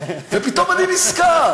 ופתאום אני נזכר,